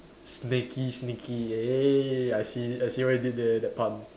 snakey sneaky eh I see I see what you did there that pun